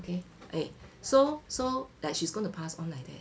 okay eh so so that she's going to pass on like that